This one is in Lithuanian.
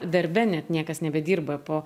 darbe net niekas nebedirba po